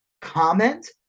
comment